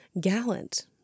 gallant